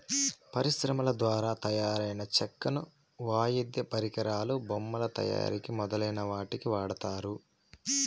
పరిశ్రమల ద్వారా తయారైన చెక్కను వాయిద్య పరికరాలు, బొమ్మల తయారీ మొదలైన వాటికి వాడతారు